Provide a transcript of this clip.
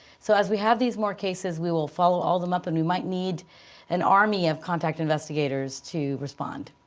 so as we have these more cases, we will follow all them up and we might need an army of contact investigators to respond.